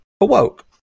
awoke